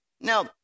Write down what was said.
Now